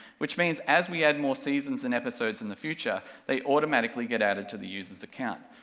which means as we add more seasons and episodes in the future, they automatically get added to the user's account,